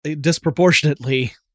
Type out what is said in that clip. disproportionately